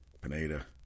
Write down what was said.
Pineda